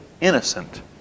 innocent